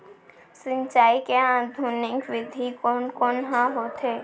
सिंचाई के आधुनिक विधि कोन कोन ह होथे?